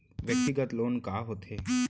व्यक्तिगत लोन का होथे?